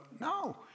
No